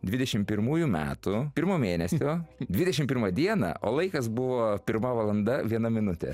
dvidešimt pirmųjų metų pirmo mėnesio dvidešimt pirmą dieną o laikas buvo pirma valanda viena minutė